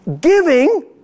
giving